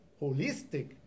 holistic